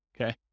okay